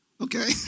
Okay